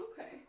Okay